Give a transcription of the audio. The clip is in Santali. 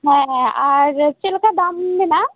ᱦᱮᱸ ᱟᱨ ᱪᱮᱫ ᱞᱮᱠᱟ ᱫᱟᱢ ᱢᱮᱱᱟᱜᱼᱟ